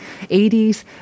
80s